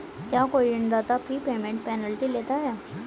क्या कोई ऋणदाता प्रीपेमेंट पेनल्टी लेता है?